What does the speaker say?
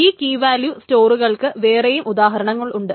ഈ key value സ്റ്റോറുകൾക്ക് വേറെയും ഉദാഹരണങ്ങൾ ഉണ്ട്